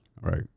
Right